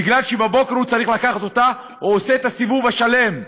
בגלל שבבוקר הוא צריך לקחת אותה הוא עושה את הסיבוב השלם,